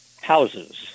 houses